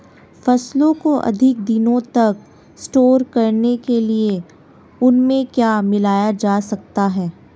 फसलों को अधिक दिनों तक स्टोर करने के लिए उनमें क्या मिलाया जा सकता है?